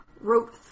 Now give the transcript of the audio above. wrote